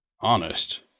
Honest